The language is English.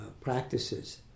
practices